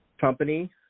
company